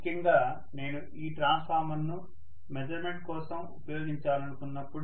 ముఖ్యంగా నేను ఈ ట్రాన్స్ఫార్మర్ను మెజర్మెంట్ కోసం ఉపయోగించాలనుకున్నప్పుడు